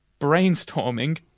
Brainstorming